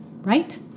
right